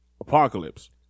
apocalypse